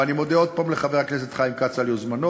ואני מודה עוד פעם לחבר כנסת חיים כץ על יוזמתו.